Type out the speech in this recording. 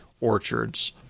orchards